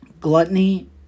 gluttony